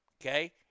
okay